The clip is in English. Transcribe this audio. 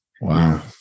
Wow